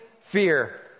fear